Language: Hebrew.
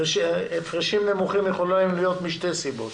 הפרשים נמוכים יכולים להיות משתי סיבות.